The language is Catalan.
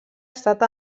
estat